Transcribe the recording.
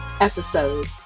episode